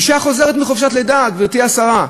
אישה חוזרת מחופשת לידה, גברתי השרה,